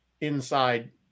inside